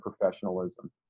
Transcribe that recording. professionalism